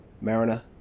mariner